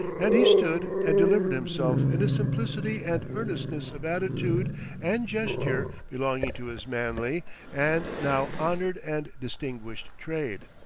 and he stood and delivered himself in a simplicity and earnestness of attitude and gesture belonging to his manly and now honored and distinguished trade.